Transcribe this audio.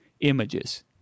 images